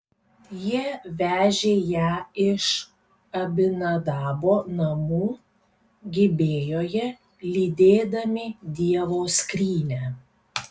jie vežė ją iš abinadabo namų gibėjoje lydėdami dievo skrynią